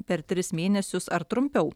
per tris mėnesius ar trumpiau